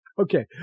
okay